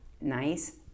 nice